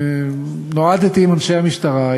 נועדתי עם אנשי המשטרה,